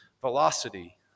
velocity